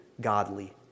godly